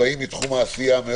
הם באים מתחום העשייה.